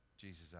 jesus